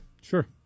Sure